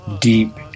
deep